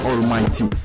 Almighty